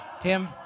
Tim